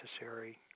necessary